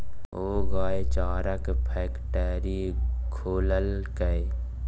ओ गायक चाराक फैकटरी खोललकै